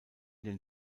den